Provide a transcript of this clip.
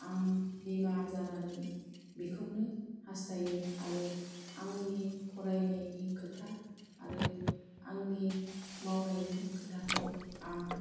आं बिमा जानानै बिखौनोहासथायो आरो आंनि फरायनायनि खोथा आरो आंनि मावनायनि खोथाखौ आं